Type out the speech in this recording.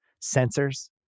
sensors